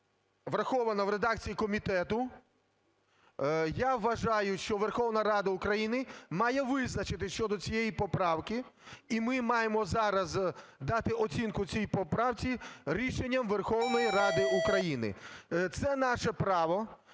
врахована в редакції комітету. Я вважаю, що Верховна Рада України має визначитися щодо цієї поправки, і ми маємо зараз дати оцінку цій поправці рішенням Верховної Ради України. Це наше право,